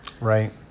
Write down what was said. Right